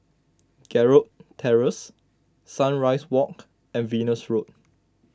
Gerald Terrace Sunrise Walk and Venus Road